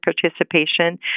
participation